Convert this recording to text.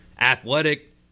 athletic